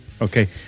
Okay